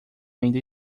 ainda